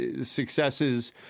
successes